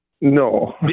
No